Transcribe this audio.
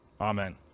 Amen